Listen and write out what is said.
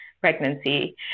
pregnancy